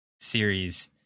series